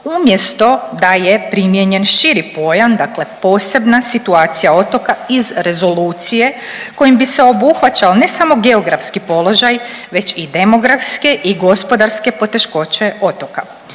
umjesto da je primijenjen širi pojam, dakle posebna situacija otoka iz rezolucije kojim bi se obuhvaćao ne samo geografski položaj već i demografske i gospodarske poteškoće otoka.